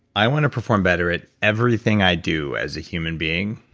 i want to perform better at everything i do as a human being,